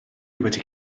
wedi